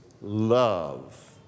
love